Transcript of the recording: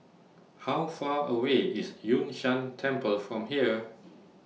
How Far away IS Yun Shan Temple from here